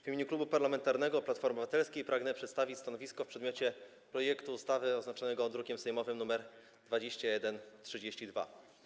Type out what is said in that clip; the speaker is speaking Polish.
W imieniu Klubu Parlamentarnego Platforma Obywatelska pragnę przedstawić stanowisko w przedmiocie projektu ustawy oznaczonego drukiem sejmowym nr 2132.